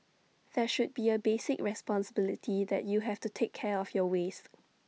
there should be A basic responsibility that you have to take care of your waste